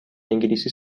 انگلیسی